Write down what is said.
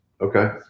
Okay